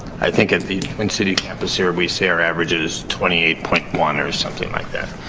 i think, at the twin city campus here, we say our average is twenty eight point one or something like that.